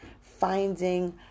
Finding